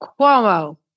Cuomo